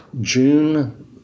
June